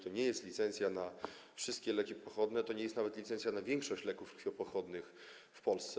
To nie jest licencja na wszystkie leki pochodne, to nie jest nawet licencja na większość leków krwiopochodnych w Polsce.